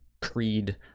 Creed